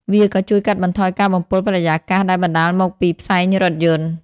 វាក៏ជួយកាត់បន្ថយការបំពុលបរិយាកាសដែលបណ្តាលមកពីផ្សែងរថយន្ត។